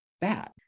bad